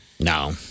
No